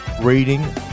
reading